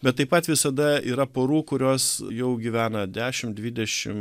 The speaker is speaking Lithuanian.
bet taip pat visada yra porų kurios jau gyvena dešimt dvidešimt